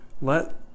Let